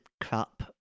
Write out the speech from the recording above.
crap